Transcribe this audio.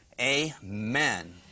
Amen